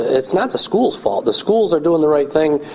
it's not the schools' fault. the schools are doing the right thing,